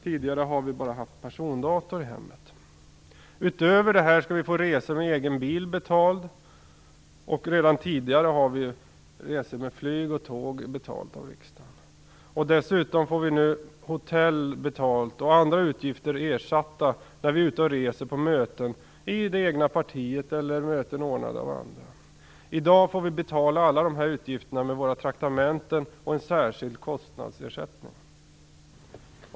Tidigare har vi bara haft persondator i hemmet. Utöver detta skall vi få resor med egen bil betalda. Redan tidigare har vi resor med flyg och tåg betalda av riksdagen. Dessutom får vi nu hotell betalt och andra utgifter ersatta när vi är ute och reser, på möten i det egna partiet eller möten ordnade av andra. I dag får vi betala alla de här utgifterna med våra traktamenten och en särskild kostnadsersättning.